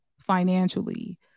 financially